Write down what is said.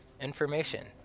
information